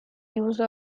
use